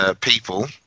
people